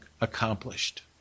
accomplished